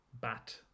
Bat